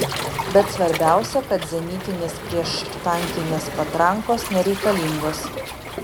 bet svarbiausia kad zenitinės prieštankinės patrankos nereikalingos